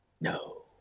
No